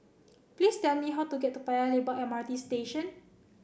please tell me how to get to Paya Lebar M R T Station